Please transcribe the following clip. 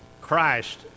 Christ